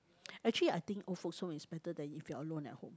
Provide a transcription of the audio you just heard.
actually I think old folks home is better than if you're alone at home